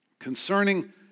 Concerning